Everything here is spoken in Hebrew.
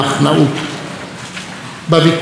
בוויכוח החשוב על דרכנו,